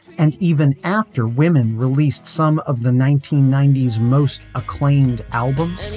and even after women released some of the nineteen ninety s most acclaimed albums.